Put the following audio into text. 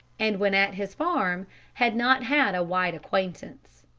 and when at his farm had not had a wide acquaintance.